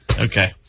Okay